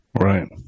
Right